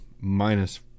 minus